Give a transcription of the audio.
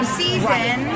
season